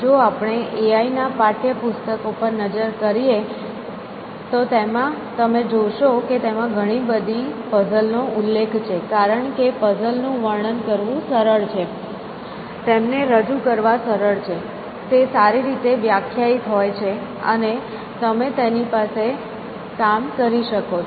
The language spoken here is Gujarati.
જો આપણે એઆઇ ના પાઠયપુસ્તકો પર નજર કરીએ તો તમે જોશો કે તેમાં ઘણી બધી પઝલ નો ઉલ્લેખ છે કારણ કે પઝલ નું વર્ણન કરવું સરળ છે તેમને રજૂ કરવા સરળ છે તે સારી રીતે વ્યાખ્યાયિત હોય છે અને તમે તેની સાથે કામ કરી શકો છો